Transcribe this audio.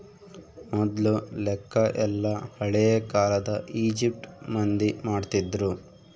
ಮೊದ್ಲು ಲೆಕ್ಕ ಎಲ್ಲ ಹಳೇ ಕಾಲದ ಈಜಿಪ್ಟ್ ಮಂದಿ ಮಾಡ್ತಿದ್ರು